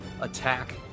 attack